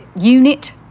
unit